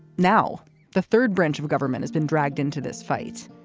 now the third branch of government has been dragged into this fight.